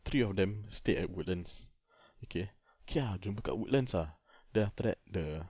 three of the stay at woodlands okay okay ah jumpa kat woodlands ah then after that the